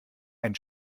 ein